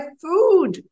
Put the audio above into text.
food